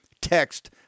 Text